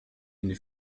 eine